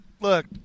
look